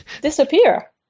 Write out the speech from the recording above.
Disappear